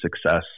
success